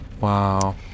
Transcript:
wow